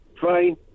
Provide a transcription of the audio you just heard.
Fine